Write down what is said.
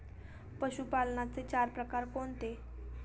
पशुपालनाचे चार प्रकार कोणते?